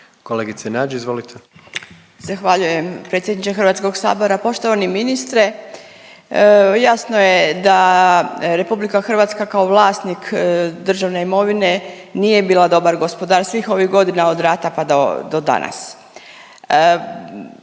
(Socijaldemokrati)** Zahvaljujem predsjedniče HS. Poštovani ministre, jasno je da RH kao vlasnik državne imovine nije bila dobar gospodar svih ovih godina od rata, pa do, do danas.